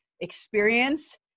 experience